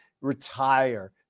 retire